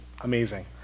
amazing